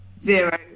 zero